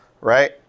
right